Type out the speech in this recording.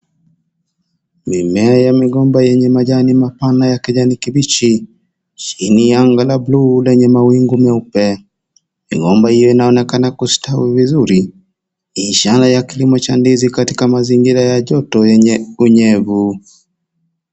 Mimea ya migomba yenye majani mapana ya kijani kibichi, chini ya anga ya blue yenye mawingu nyeupe. Migomba hiiinaonekana kustawi vizuri, ishara ya kilimo Cha ndizi katika mazingira ya choto yenye unyevu.